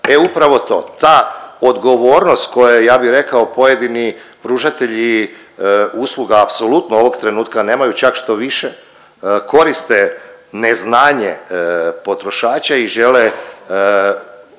E upravo to, ta odgovornost koja ja bih rekao pojedini pružatelji usluga apsolutno ovog trenutka nemaju šta više. Koriste neznanje potrošača i žele